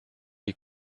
die